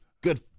good